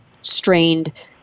strained